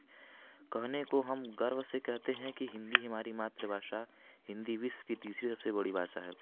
कहने को हम गर्व से कहते हैं कि हिंदी हमारी मातृभाषा हिंदी विश्व की तीसरी सबसे बड़ी भाषा है